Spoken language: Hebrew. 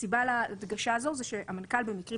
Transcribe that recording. הסיבה להדגשה הזו זה שהמנכ"ל במקרים